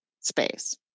space